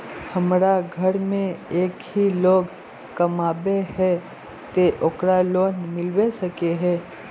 हमरा घर में एक ही लोग कमाबै है ते ओकरा लोन मिलबे सके है?